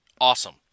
awesome